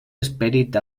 esperit